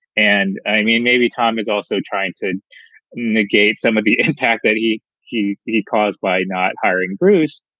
and i mean, maybe tom is also trying to negate some of the impact that he he he caused by not hiring bruce.